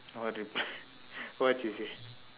what did what she say